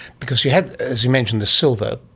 because you had, as you mentioned, the silver,